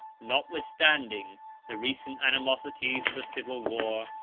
notwithstanding the recent animosities of a civil war,